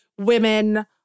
women